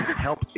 Help